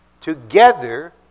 together